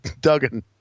Duggan